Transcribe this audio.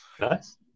Nice